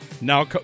now